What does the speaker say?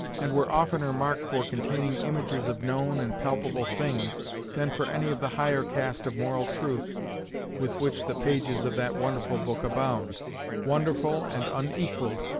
and were oftener marked for containing images of known and palpable things than for any of the higher cast of moral truths with which the pages of that wonderful book abound wonderful, and unequalled,